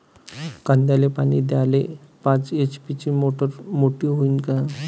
कांद्याले पानी द्याले पाच एच.पी ची मोटार मोटी व्हईन का?